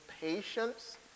patience